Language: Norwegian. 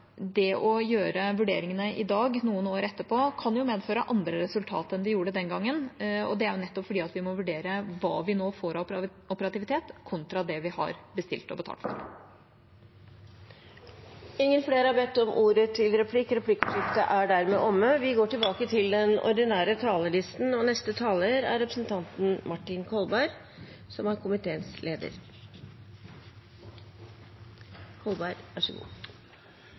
det å gjøre vurderingene i dag, noen år etterpå, kan medføre andre resultater enn det gjorde den gangen, og det er nettopp fordi vi må vurdere hva vi nå får av operativitet kontra det vi har bestilt og betalt for. Replikkordskiftet er omme. Jeg vil også begynne med å takke både saksordføreren og hele komiteen for det omfattende arbeidet som denne saken har medført. Vi har hatt den til behandling i kontroll- og